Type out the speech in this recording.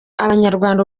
abanyarwanda